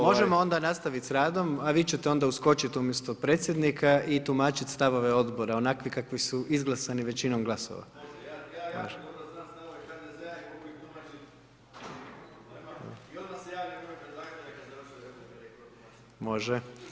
Možemo onda nastaviti sa radom a vi ćete onda uskočiti umjesto predsjednika i tumačiti stavove odbora onakvi kakvi su izglasani većinom glasova. … [[Upadica se ne čuje.]] Može.